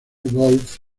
golf